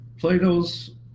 Plato's